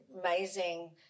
amazing